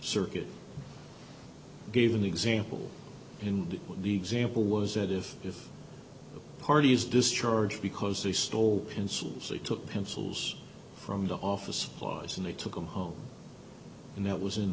circuit gave an example in the example was that if if the parties discharged because they stole pencils they took pencils from the office supplies and they took them home and that was in